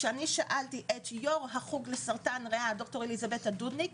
כששאלתי את יו"ר החוג לסרטן ריאה ד"ר אליזבתה דודניק,